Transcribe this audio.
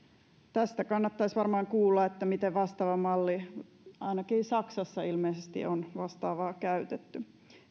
tästä kannattaisi varmaan kuulla miten vastaava malli on toiminut ainakin saksassa ilmeisesti on vastaavaa käytetty